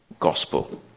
gospel